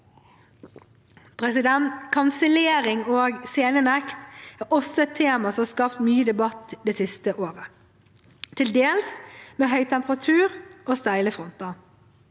Kansellering og scenenekt er også tema som har skapt mye debatt det siste året, til dels med høy temperatur og steile fronter.